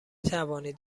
توانید